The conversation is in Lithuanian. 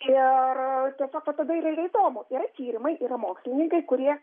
ir tiesiog va tada yra ir įdomu yra tyrimai yra mokslininkai kurie